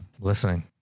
Listening